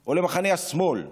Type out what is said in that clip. או למחנה השמאל,